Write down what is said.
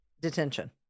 detention